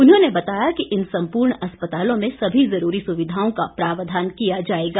उन्होंने बताया कि इन सम्पूर्ण अस्पतालों में सभी जरूरी सुविधाओं का प्रावधान किया जाएगा